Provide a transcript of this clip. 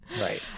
Right